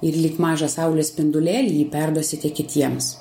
ir lyg mažą saulės spindulėlį jį perduosite kitiems